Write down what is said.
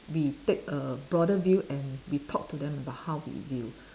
we take a broader view and we talk to them about how we view